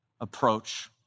approach